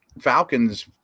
Falcons